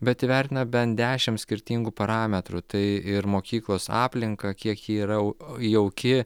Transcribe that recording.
bet įvertina bent dešimt skirtingų parametrų tai ir mokyklos aplinką kiek ji yra jauki